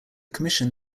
commission